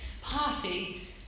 party